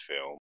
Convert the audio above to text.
film